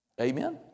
Amen